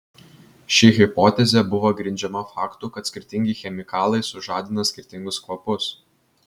ši hipotezė buvo grindžiama faktu kad skirtingi chemikalai sužadina skirtingus kvapus